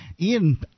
Ian